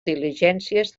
diligències